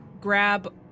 grab